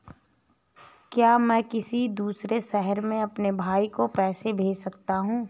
क्या मैं किसी दूसरे शहर में अपने भाई को पैसे भेज सकता हूँ?